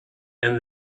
and